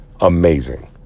amazing